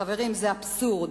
חברים, זה אבסורד.